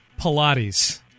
Pilates